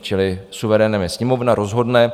Čili suverénem je Sněmovna, rozhodne.